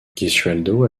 gesualdo